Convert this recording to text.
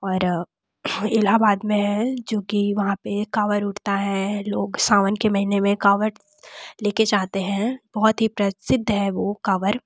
और इलाहाबाद में है जो कि वहाँ पर कावड़ उठता है लोग सावन के महीने में कावड़ लेकर जाते हैं बहुत ही प्रसिद्ध है वह कावड़